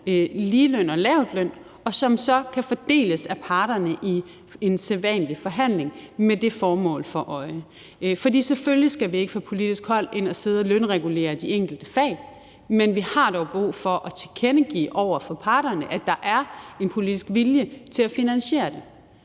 til lavtløn, og som så kan fordeles af parterne i en sædvanlig forhandling med det formål for øje. For selvfølgelig skal vi ikke fra politisk hold ind og lønregulere de enkelte fag, men vi har dog brug for at tilkendegive over for parterne, at der er en politisk vilje til at finansiere det.